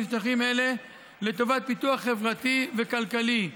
שטחים אלה לטובת פיתוח חברתי וכלכלי,